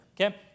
okay